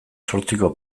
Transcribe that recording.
zortziko